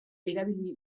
erabili